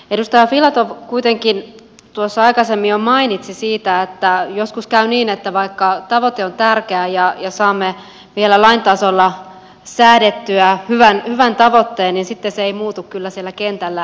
edustaja filatov kuitenkin tuossa aikaisemmin jo mainitsi siitä että joskus käy niin että vaikka tavoite on tärkeä ja saamme vielä lain tasolla säädettyä hyvän tavoitteen niin sitten se ei muutu kyllä siellä kentällä lihaksi